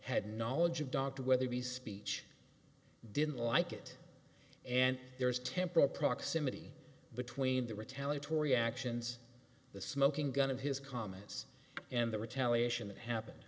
had knowledge of doctor whether the speech didn't like it and there's temporal proximity between the retaliatory actions the smoking gun of his comments and the retaliation that happened